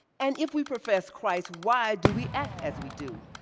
and if we profess christ, why do we act as we do?